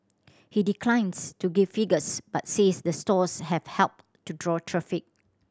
he declines to give figures but says the stores have helped to draw traffic